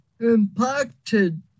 impacted